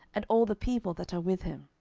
and all the people that are with him.